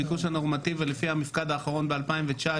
הביקוש הנורמטיבי לפי המפקד האחרון בשנת 2019,